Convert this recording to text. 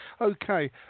Okay